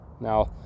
Now